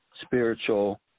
spiritual